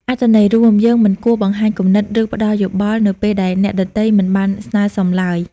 អត្ថន័យរួម យើងមិនគួរបង្ហាញគំនិត ឬផ្ដល់យោបល់នៅពេលដែលអ្នកដទៃមិនបានស្នើសុំឡើយ។